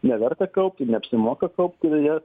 neverta kaupti neapsimoka kaupt ir jie